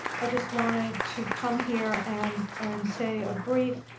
i just wanted to come here and and say a brief,